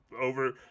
over